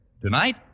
Tonight